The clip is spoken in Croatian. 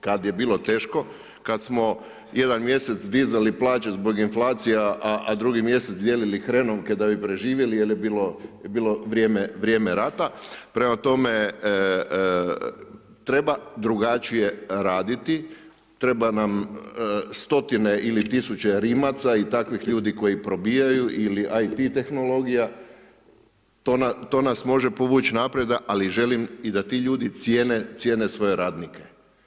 Kada je bilo teško, kada smo jedan mjesec dizali plaće zbog inflacija a drugi mjesec dijelili hrenovke da bi preživjeli, jer je bilo vrijeme rata, prema tome, treba drugačije raditi, treba nam stotine ili tisuće Rimaca ili takvih ljudi koji probijaju ili IT tehnologija, to nas može povući naprijed, ali želim da i ti ljudi cijene svoje radnike.